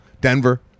Denver